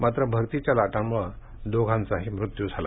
मात्र भरतीच्या लाटांमुळे दोघांचाही मृत्यू झाला